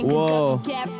Whoa